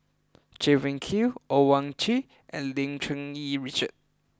Chay Weng Yew Owyang Chi and Lim Cherng Yih Richard